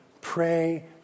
Pray